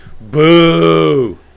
boo